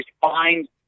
find